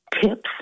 tips